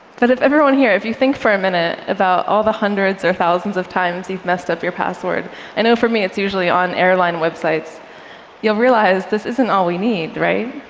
but if everyone here, if you think for a minute about all the hundreds or thousands of times you've messed up your password i know for me, it's usually on airline websites you'll realize this isn't all we need, right?